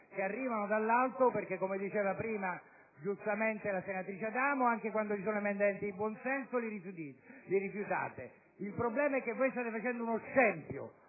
che arrivano dall'alto. Come diceva prima giustamente la senatrice Adamo, anche quando ci sono emendamenti di buon senso li rifiutate. Il problema è che state facendo uno scempio;